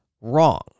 wrong